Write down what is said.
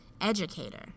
educator